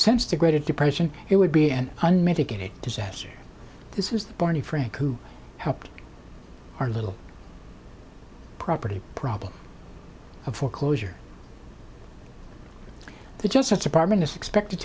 since the great depression it would be an unmitigated disaster this is barney frank who helped our little property problem of foreclosure the justice department is expected